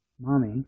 mommy